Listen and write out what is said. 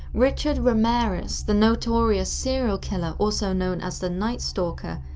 richard ramirez, the notorious serial killer also known as the night stalker,